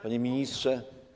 Panie Ministrze!